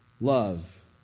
love